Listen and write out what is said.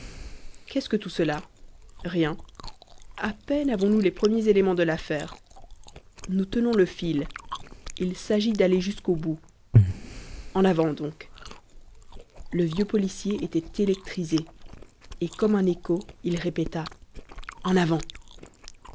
qu'est-ce que tout cela rien à peine avons-nous les premiers éléments de l'affaire nous tenons le fil il s'agit d'aller jusqu'au bout en avant donc le vieux policier était électrisé et comme un écho il répéta en avant